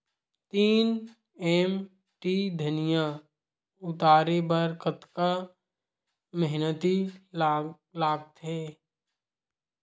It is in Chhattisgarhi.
तीन एम.टी धनिया उतारे बर कतका मेहनती लागथे?